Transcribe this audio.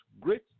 great